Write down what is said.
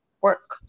work